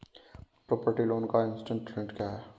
Property loan का interest rate क्या है?